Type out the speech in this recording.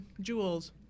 jewels